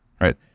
Right